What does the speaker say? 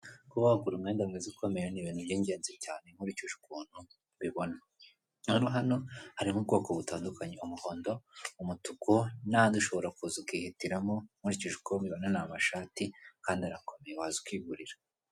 Kuba wagura umwenda mwiza ukomeye ni ibintu by'ingenzi cyane nkurikije ukuntu mbibona, noneho hano harimo ubwoko butandukanye, umuhondo, umutuku n'andi ushobora kuza ukihitiramo nkurikije uko mbibona ni amashati kandi urakomeye, waza ukigurira.